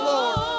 Lord